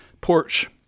porch